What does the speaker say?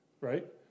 Right